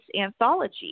anthology